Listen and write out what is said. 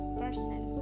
person